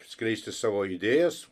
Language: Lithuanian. skleisti savo idėjas